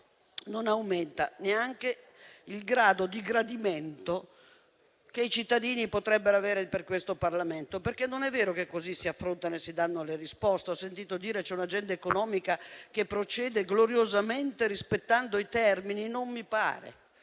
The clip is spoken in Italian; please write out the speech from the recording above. non aumenta neanche il grado di gradimento che i cittadini potrebbero avere per questo Parlamento. Non è vero che così si affrontano e si danno le risposte. Ho sentito dire che c'è un'agenda economica che procede gloriosamente rispettando i termini. Non mi pare.